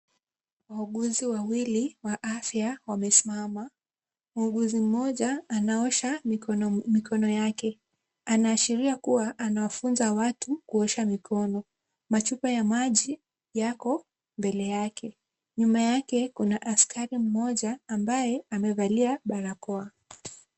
Wauguzi wawili wa afya wamesimama. Muuguzi mmoja anaosha mikono yake, anaashiria kuwa anawafunza watu kuosha mikono. Machupa ya maji yako mbele yake. Nyuma yake kuna askari mmoja ambaye amevalia barakoa.